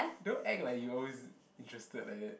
don't act like you always interested like that